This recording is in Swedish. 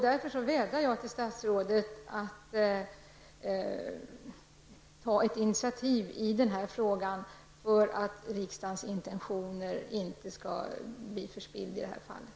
Jag vädjar därför till statsrådet att ta ett initiativ i den här frågan för att riksdagens intentioner inte skall bli förspillda i det här fallet.